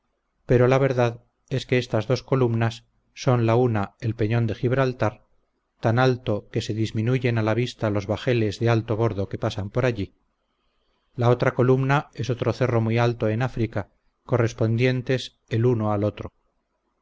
pero la verdad es que estas dos columnas son la una el peñón de gibraltar tan alto que se disminuyen a la vista los bajeles de alto bordo que pasan por allí la otra columna es otro cerro muy alto en áfrica correspondientes el uno al otro